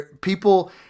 people